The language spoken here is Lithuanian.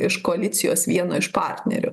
iš koalicijos vieno iš partnerių